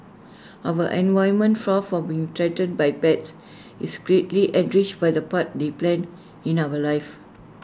our environment far from being threatened by pets is greatly enriched by the part they play in our lives